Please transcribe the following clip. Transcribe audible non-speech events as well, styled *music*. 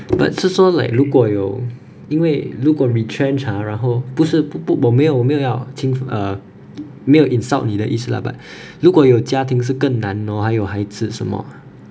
but 是说 like 如果有因为如果 retrench !huh! 然后不是不不不我没有没有要轻视 err 没有 insult 你的意思 lah but *breath* 如果有家庭是更难 lor 还有孩子什么啊